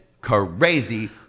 crazy